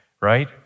right